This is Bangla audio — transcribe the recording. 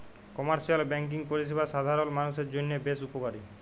কমার্শিয়াল ব্যাঙ্কিং পরিষেবা সাধারল মালুষের জন্হে বেশ উপকারী